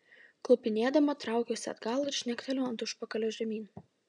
klupinėdama traukiuosi atgal ir žnekteliu ant užpakalio žemyn